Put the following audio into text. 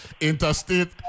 interstate